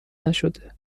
نشده